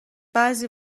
بعضی